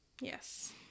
Yes